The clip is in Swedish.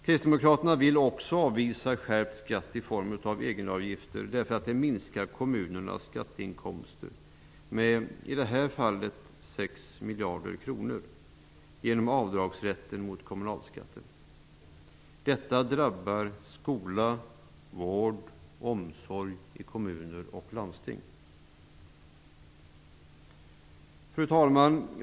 Kristdemokraterna vill också avvisa skärpt skatt i form av egenavgifter, eftersom detta, genom avdragsrätten mot kommunalskatten, minskar kommunernas skatteinkomster med i det här fallet 6 miljarder kronor. Detta drabbar skola, vård och omsorg i kommuner och landsting. Fru talman!